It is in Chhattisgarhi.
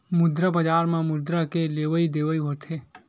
मुद्रा बजार म मुद्रा के लेवइ देवइ होथे